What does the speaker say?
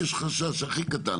אם יש חשש הכי קטן,